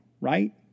right